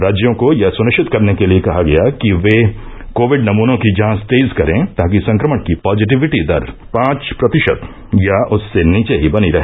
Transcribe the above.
राज्यों को यह सुनिश्चित करने के लिए कहा गया कि ये कोविड नमनों की जांच तेज करें ताकि संक्रमण की पॉजिटिविटी दर पांच प्रतिशत या उससे नीचे ही बनी रहे